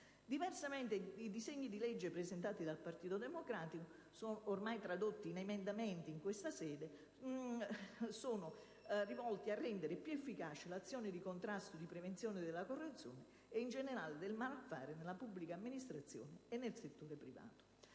Diversamente, i disegni di legge presentati dal Partito Democratico, tradotti in questa sede in emendamenti, sono rivolti a rendere più efficace l'azione di contrasto e di prevenzione della corruzione e, in generale, del malaffare nella pubblica amministrazione e nel settore privato,